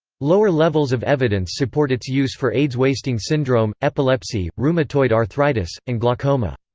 lower levels of evidence support its use for aids wasting syndrome, epilepsy, rheumatoid arthritis, and glaucoma.